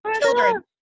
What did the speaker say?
children